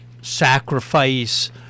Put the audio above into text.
sacrifice